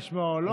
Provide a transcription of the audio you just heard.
אם לשמוע או לא,